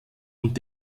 und